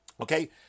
Okay